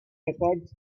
records